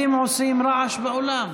אתם עושים רעש באולם,